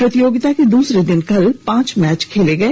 प्रतियोगिता के दूसरे दिन कल पांच मैच खेले गए